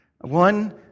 One